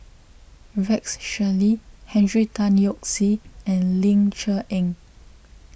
Rex Shelley Henry Tan Yoke See and Ling Cher Eng